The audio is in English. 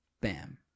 bam